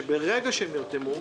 שברגע שהם נרתמו,